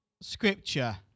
scripture